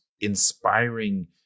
inspiring